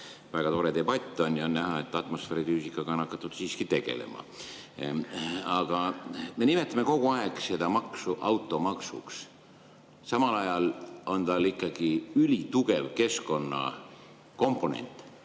väga tore debatt, on näha, et atmosfäärifüüsikaga on hakatud siiski tegelema. Aga me nimetame kogu aeg seda maksu automaksuks. Samal ajal on tal ikkagi ülitugev keskkonnakomponent.